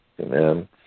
Amen